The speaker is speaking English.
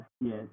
Yes